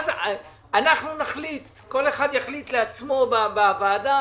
וכל אחד יחליט לעצמו בוועדה,